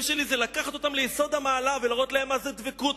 שלי זה לקחת אותם ליסוד-המעלה ולהראות להם מה זו דבקות,